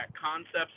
concepts